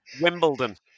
Wimbledon